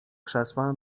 krzesła